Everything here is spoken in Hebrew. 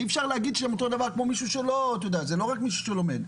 אי אפשר להגיד שהם אותו דבר כמו מישהו זה לא רק מישהו שלומד.